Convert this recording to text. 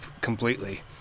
completely